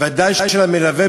ודאי של המלווה,